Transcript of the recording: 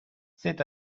c’est